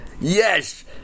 Yes